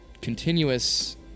continuous